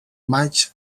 maig